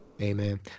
Amen